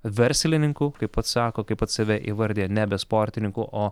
verslininku kaip pats sako kaip pats save įvardija nebe sportininku o